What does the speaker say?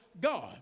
God